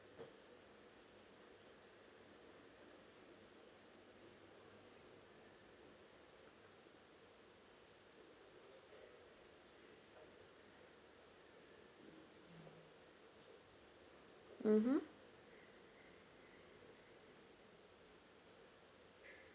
mmhmm